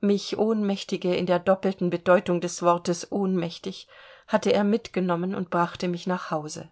mich ohnmächtige in der doppelten bedeutung des wortes ohnmächtig hatte er mitgenommen und brachte mich nach hause